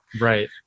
Right